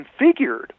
configured